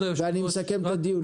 ואני מסכם את הדיון.